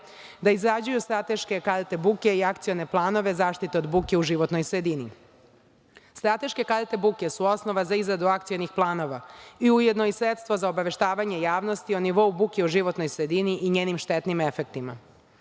da izrađuju strateške karte buke i akcione planove za zaštitu od buke u životnoj sredini. Strateške karte buke su osnova za izradu akcionih planova i ujedno i sredstvo za obaveštavanje javnosti i nivou buke u životnoj sredini i njenim štetnim efektima.U